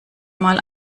mal